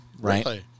Right